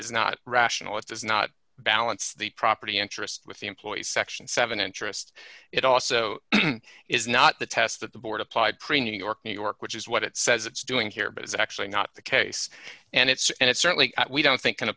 is not rational it does not balance the property interest with the employee section seven interest it also is not the test that the board applied preening york new york which is what it says it's doing here but it's actually not the case and it's and it certainly we don't think can